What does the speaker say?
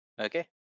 okay